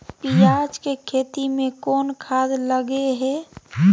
पियाज के खेती में कोन खाद लगे हैं?